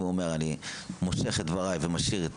אם הוא אומר שהוא מושך את דבריו ומשאיר את